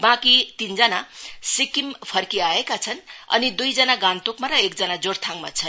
बाँकी तीनजना सिक्किम फर्किआएका छन् अनि दुईजना गान्तोकमा र एकजना जोरथाङमा छन्